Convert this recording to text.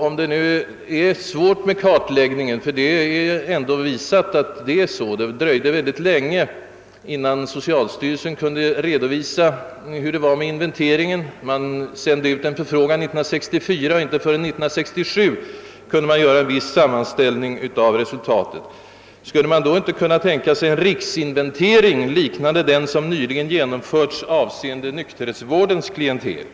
Om det är svårt med en kartläggning -—- vilket allt tyder på eftersom det dröjde länge innan socialstyrelsen kunde redovisa hur det låg till med kommunernas inventering av de vårdbehövande — skulle man då inte kunna tänka sig en riksinventering liknande den som nyligen genomförts avseende nykterhetsvårdens klientel? år 1964 utsände socialstyrelsen sin rundfråga, men inte förrän 1967 kunde man göra en viss sammanställning av resultaten. respektive mannens roll i familj och samhälle